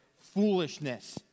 foolishness